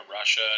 Russia